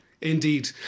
Indeed